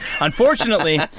Unfortunately